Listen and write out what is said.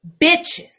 bitches